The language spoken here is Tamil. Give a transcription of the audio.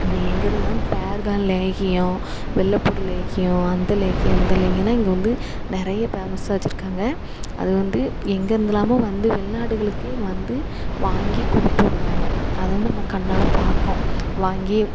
அந்த எங்கருதான் பேறுகால லேகியம் வெள்ளப்பூடு லேகியம் அந்த லேகியம் இந்த லேகியமெலாம் இங்கே வந்து நிறைய பேமஸ்ஸாக வெச்சிருக்காங்க அது வந்து எங்கேருந்துலாமோ வந்து வெளிநாடுகளுக்கே வந்து வாங்கி கொடுத்து விடுதாங்க அதை வந்து நம்ம கண்ணால் பார்க்கோம் வாங்கி